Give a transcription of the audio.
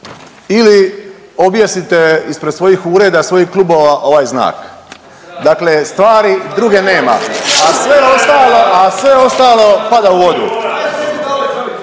ili objesite ispred svojih ureda, svojih ureda ovaj znak. Dakle stvari druge nema. A sve ostalo .../Upadica se